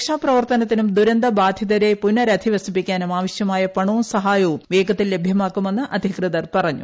രക്ഷാപ്രവർത്ത നത്തിനും ദുരന്തബാധിതരെ പുനരധിവസിപ്പിക്കാനും ആവശ്യമായ പണവും സഹായവും വേഗത്തിൽ ലഭ്യമാക്കുമെന്ന് അധികൃതർ പറഞ്ഞു